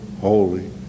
holy